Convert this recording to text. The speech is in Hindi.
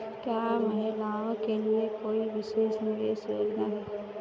क्या महिलाओं के लिए कोई विशेष निवेश योजना है?